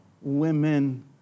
women